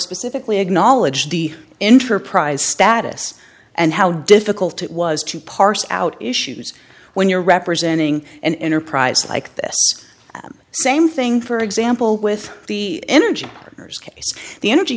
specifically acknowledged the enterprise status and how difficult it was to parse out issues when you're representing an enterprise like this same thing for example with the energy case the energy